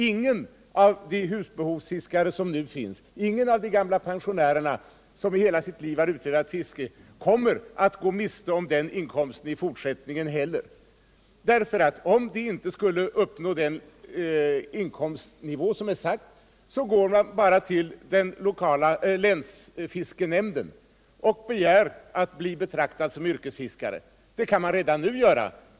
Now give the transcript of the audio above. Inga av de husbehovsfiskare som nu finns, inga av de gamla pensionärerna som i hela sitt liv har utövat fiske, kommer att gå miste om den inkomsten i fortsättningen heller. Om de inte skulle uppnå den inkomstnivå som bestämts. går de bara till den lokala länsfiskenämnden och begär att bli betraktade som yrkesfiskare. Det kan man göra redan nu.